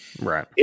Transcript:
Right